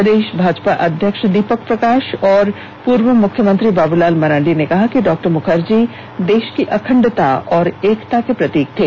प्रदेश भाजपा अध्यक्ष दीपक प्रकाश और पूर्व मुख्यमंत्री बाबूलाल मरांडी ने कहा कि डॉ मुखर्जी देश की अखंडता और एकता के प्रतीक थे